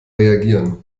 reagieren